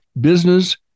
business